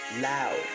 loud